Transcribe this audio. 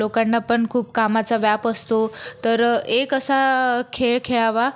लोकांना पण खूप कामाचा व्याप असतो तर एक असा खेळ खेळावा